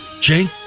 Jake